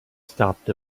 stopped